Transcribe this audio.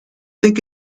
think